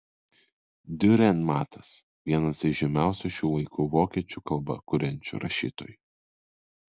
diurenmatas vienas iš žymiausių šių laikų vokiečių kalba kuriančių rašytojų